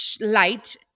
light